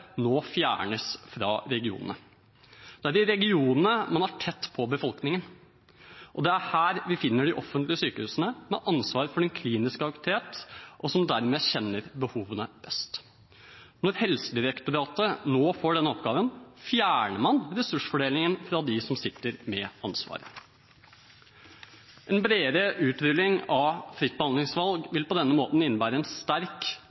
nå fjernes fra regionene. Det er i regionene man er tett på befolkningen, og det er her vi finner de offentlige sykehusene med ansvar for den kliniske aktiviteten, og som dermed kjenner behovene best. Når Helsedirektoratet nå får denne oppgaven, fjerner man ressursfordelingen fra dem som sitter med ansvaret. En bredere utrulling av fritt behandlingsvalg vil på denne måten innebære en sterk